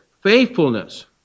faithfulness